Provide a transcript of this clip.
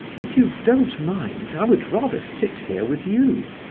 if you don't mind, i would rather sit here with you,